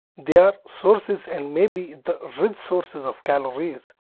they are sources and maybe the rich sources of calories.